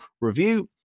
review